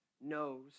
knows